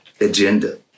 agenda